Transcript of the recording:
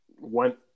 went